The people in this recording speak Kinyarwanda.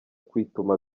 kwituma